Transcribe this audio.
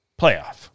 playoff